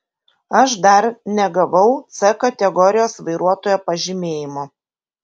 aš dar negavau c kategorijos vairuotojo pažymėjimo